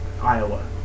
Iowa